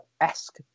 esque